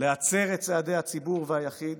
להצר את צעדי הציבור והיחיד.